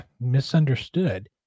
misunderstood